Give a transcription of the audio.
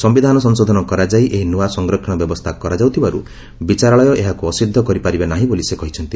ସିୟିଧାନ ସଂଶୋଧନ କରାଯାଇ ଏହି ନୁଆ ସଂରକ୍ଷଣ ବ୍ୟବସ୍ଥା କରାଯାଉଥିବାର୍ତ ବିଚାରାଳୟ ଏହାକୁ ଅସିଦ୍ଧ କରିପାରିବେ ନାହିଁ ବୋଲି ସେ କହିଛନ୍ତି